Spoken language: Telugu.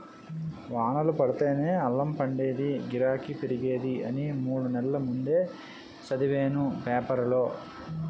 వానలు పడితేనే అల్లం పండేదీ, గిరాకీ పెరిగేది అని మూడు నెల్ల ముందే సదివేను పేపరులో